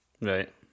Right